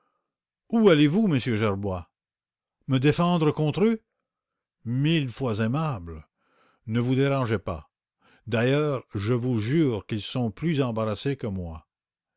où allez-vous m gerbois me défendre contre eux bah je vous jure qu'ils sont plus embarrassés que moi